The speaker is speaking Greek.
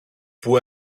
που